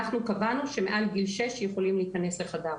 אנחנו קבענו שמעל גיל שש יכולים להיכנס לחדר כושר,